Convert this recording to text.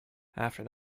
after